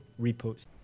repost